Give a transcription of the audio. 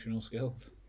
skills